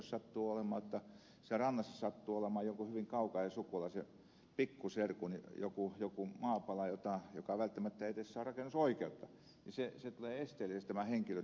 jos siellä rannassa sattuu olemaan hyvin kaukaisen sukulaisen pikkuserkun maapala joka ei välttämättä saa edes rakennusoikeutta niin tämä henkilö tulee esteelliseksi